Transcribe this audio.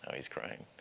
he's crying.